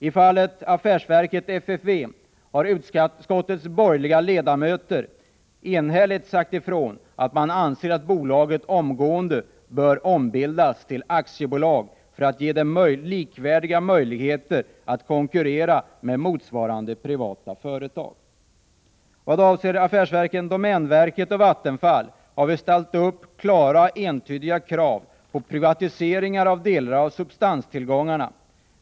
I fallet affärsverket FFV har utskottets borgerliga ledamöter enhälligt sagt ifrån att man anser att bolaget omgående bör ombildas till aktiebolag för att ge det likvärdiga möjligheter att konkurrera med motsvarande privata företag. Vad avser affärsverken domänverket och Vattenfall har vi ställt upp klara entydiga krav på privatisering av delar av substanstillgångarna.